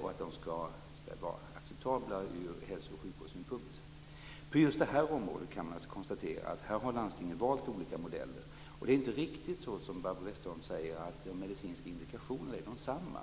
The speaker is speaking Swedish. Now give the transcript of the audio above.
och att de skall vara acceptabla ur hälso och sjukvårdssynpunkt. På just det här området kan man alltså konstatera att landstingen har valt olika modeller. Det är inte riktigt så som Barbro Westerholm säger att de medicinska indikationerna är desamma.